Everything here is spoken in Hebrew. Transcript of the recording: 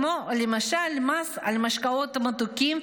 כמו למשל מס על משקאות מתוקים,